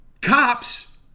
cops